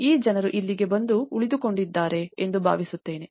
ಈ ಜನರು ಇಲ್ಲಿಗೆ ಬಂದು ಉಳಿದುಕೊಂಡಿದ್ದಾರೆ ಎಂದು ಭಾವಿಸುತ್ತೇನೆ